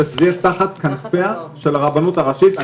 שזה יהיה תחת כנפיה של הרבנות הראשית.